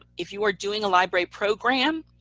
if you were doing a library program,